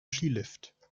skilift